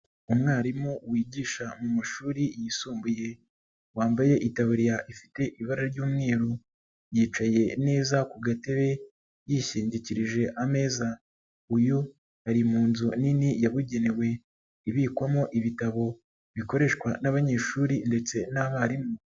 Umwarimu wigisha mu mashuri yisumbuye, wambaye itaburiya ifite ibara ry'umweru, yicaye neza ku gatebe yishingikirije ameza. Uyu ari mu nzu nini yabugenewe ibikwamo ibitabo bikoreshwa n'abanyeshuri ndetse n'abarimu.